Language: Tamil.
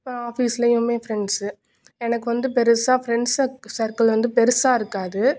அப்புறோம் ஆஃபீஸ்லையுமே ஃ ப்ரெண்ட்ஸு எனக்கு வந்து பெரிசா ஃப்ரெண்ட்ஸ் சக் சர்கிள் வந்து பெரிசா இருக்காது